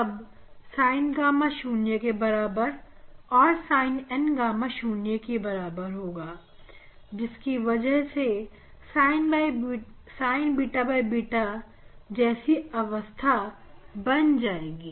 तब sin gamma 0 और sin N gamma 0 जिसकी वजह से यहां पर Sinββ जैसी अवस्था बन जाएगी